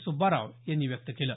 सुब्बाराव यांनी व्यक्त केलं